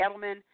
Edelman